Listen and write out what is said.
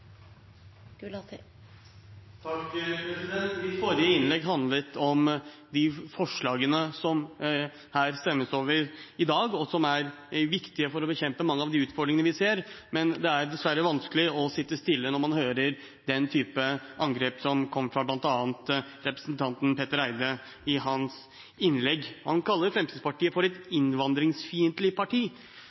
viktige for å bekjempe mange av de utfordringene vi ser. Men det er dessverre vanskelig å sitte stille når man hører den type angrep som kom fra bl.a. representanten Petter Eide i hans innlegg. Han kalte Fremskrittspartiet for et innvandringsfiendtlig parti.